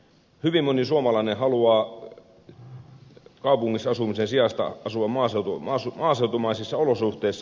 hyvin moni suomalainen haluaa kaupungissa asumisen sijasta asua maaseutumaisissa olosuhteissa